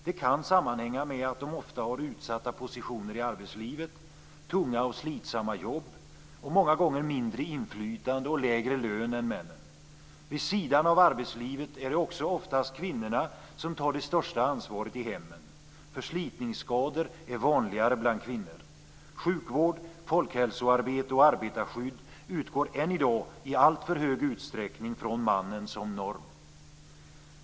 Det kan sammanhänga med att de ofta har utsatta positioner i arbetslivet, tunga och slitsamma jobb och många gånger mindre inflytande och lägre lön än männen. Vid sidan av arbetslivet är det också oftast kvinnorna som tar det största ansvaret i hemmen. Förslitningsskador är vanligare bland kvinnor. Sjukvård, folkhälsoarbete och arbetarskydd utgår än i dag i alltför stor utsträckning från mannen som norm.